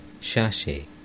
Shashi